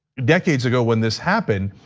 decades ago when this happened,